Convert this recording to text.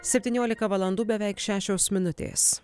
septyniolika valandų beveik šešios minutės